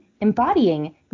embodying